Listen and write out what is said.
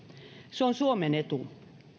se on suomen etu